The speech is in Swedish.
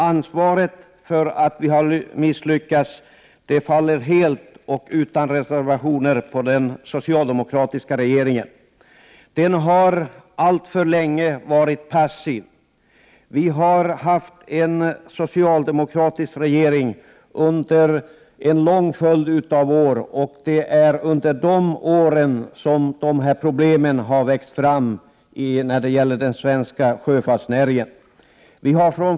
Ansvaret för misslyckandet faller helt på den socialdemokratiska regeringen. Denna har alltför länge varit passiv. Vi har haft en socialdemokratisk regering under många år, och det är under dessa år som problemen inom den svenska sjöfartsnäringen har växt fram.